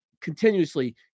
continuously